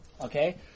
Okay